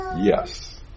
yes